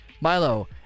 Milo